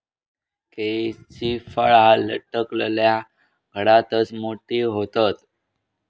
केळीची फळा लटकलल्या घडातच मोठी होतत